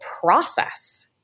process